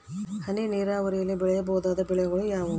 ಹನಿ ನೇರಾವರಿಯಲ್ಲಿ ಬೆಳೆಯಬಹುದಾದ ಬೆಳೆಗಳು ಯಾವುವು?